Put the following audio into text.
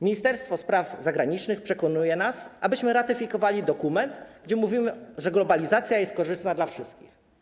Ministerstwo Spraw Zagranicznych przekonuje nas, abyśmy ratyfikowali dokument, w którym jest powiedziane, że globalizacja jest korzystna dla wszystkich.